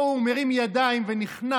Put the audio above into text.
פה הוא מרים ידיים ונכנע.